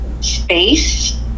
space